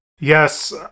Yes